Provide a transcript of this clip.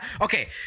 Okay